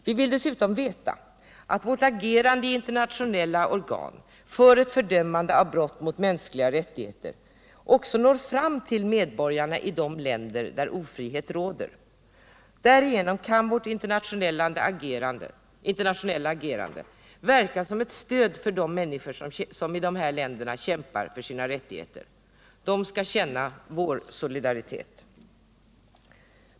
Vi vill dessutom veta att vårt agerande i internationella organ för ett fördömande av brott mot mänskliga rättigheter också når fram till medborgarna i de länder där ofrihet råder. Därigenom kan vårt internationella agerande verka som ett stöd för de människor som i dessa länder kämpar för sina rättigheter. De skall känna vår solidaritet.